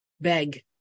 beg